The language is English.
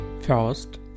First